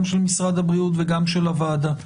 גם של משרד הבריאות וגם של הוועדה.